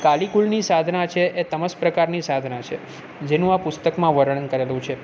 કાલી કુલની સાધના છે એ તમસ પ્રકારની સાધના છે જેનું આ પુસ્તકમાં વર્ણન કરેલું છે